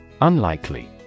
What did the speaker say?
Unlikely